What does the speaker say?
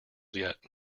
yet